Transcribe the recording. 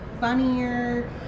funnier